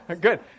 Good